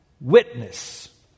witness